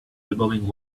elbowing